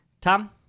Tom